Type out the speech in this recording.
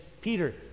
Peter